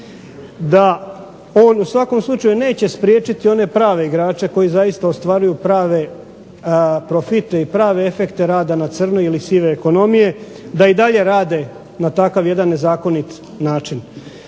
da on u svakom slučaju neće spriječiti one prave igrače koji ostvaruju zaista prave profite i prave efekte rada na crno, da i dalje rade na takav jedan nezakonit način.